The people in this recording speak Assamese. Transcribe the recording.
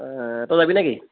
তই যাবি নেকি